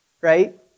right